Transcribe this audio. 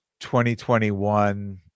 2021